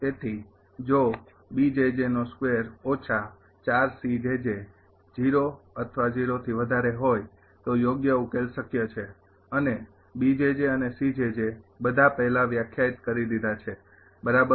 તેથી જો હોય તો યોગ્ય ઉકેલ શક્ય છે અને અને બધા પહેલા વ્યાખ્યાયિત કરી દીધા છે બરાબર